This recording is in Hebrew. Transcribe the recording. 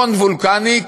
מכון וולקני,